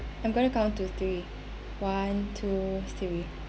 I'm going to count to three one two three